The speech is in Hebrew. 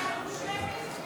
(קורא בשמות חברי הכנסת)